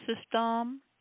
system